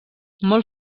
molt